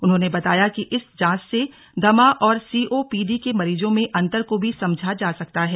उन्होंने बताया कि इस जांच से दमा और सीओपीडी के मरीजों में अंतर को भी समझा जा सकता है